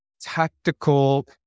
tactical